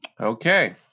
Okay